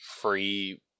free